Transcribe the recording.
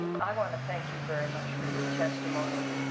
i want to thank you very much for your testimony.